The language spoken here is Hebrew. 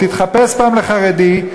תתחפש פעם לחרדי,